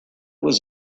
was